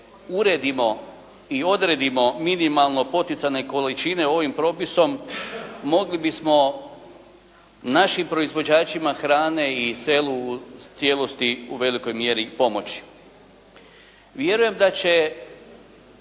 uredimo i odredimo minimalno poticane količine ovim propisom mogli bismo našim proizvođačima hrane i selu u cijelosti u velikoj mjeri pomoći. Vjerujem da će